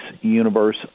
Universe